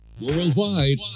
Worldwide